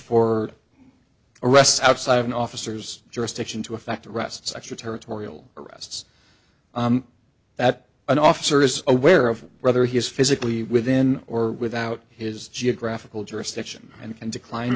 for arrest outside of an officer's jurisdiction to effect arrests extraterritorial arrests that an officer is aware of whether he is physically within or without his geographical jurisdiction and can decline